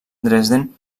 dresden